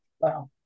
Wow